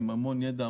עם המון ידע,